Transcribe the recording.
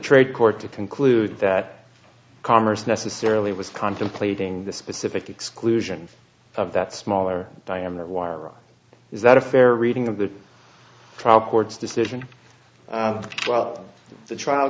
trade court to conclude that commerce necessarily was contemplating the specific exclusion of that smaller diameter wire is that a fair reading of the trial court's decision well the trial